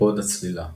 "פוד הצלילה".